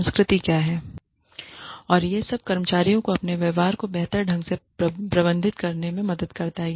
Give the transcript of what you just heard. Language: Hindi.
संस्कृति क्या है और यह सब कर्मचारियों को अपने व्यवहार को बेहतर ढंग से प्रबंधित करने में मदद करता है